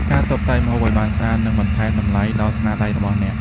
ការតុបតែងម្ហូបឱ្យបានស្អាតនឹងបន្ថែមតម្លៃដល់ស្នាដៃរបស់អ្នក។